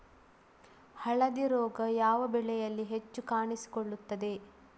ಹಳದಿ ರೋಗ ಯಾವ ಬೆಳೆಯಲ್ಲಿ ಹೆಚ್ಚು ಕಾಣಿಸಿಕೊಳ್ಳುತ್ತದೆ?